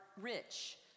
rich